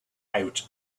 out